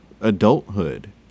adulthood